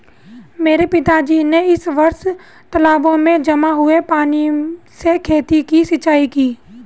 मेरे पिताजी ने इस वर्ष तालाबों में जमा हुए पानी से खेतों की सिंचाई की